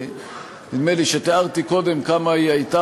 נדמה לי שתיארתי קודם כמה היא הייתה